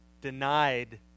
denied